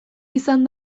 izan